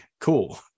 cool